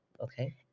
okay